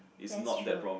that's true